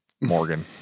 Morgan